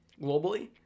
globally